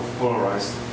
polarized